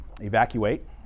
evacuate